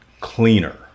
cleaner